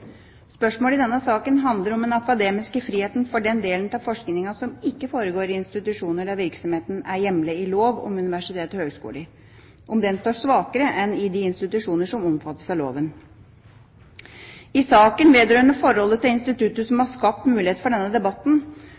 Spørsmålet i denne saken handler om hvorvidt den akademiske friheten for den delen av forskninga som ikke foregår i institusjoner der virksomheten er hjemlet i lov om universiteter og høyskoler, står svakere enn i de institusjoner som omfattes av loven. I saken vedrørende forholdet til instituttet som har skapt mulighet for denne debatten,